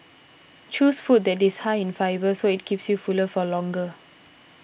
choose food that is high in fibre so it keeps you fuller for longer